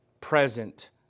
present